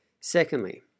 Secondly